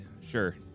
sure